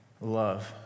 Love